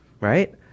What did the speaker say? right